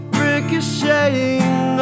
ricocheting